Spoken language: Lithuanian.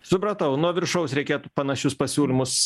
supratau nuo viršaus reikėt panašius pasiūlymus